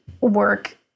work